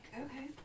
Okay